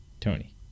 tony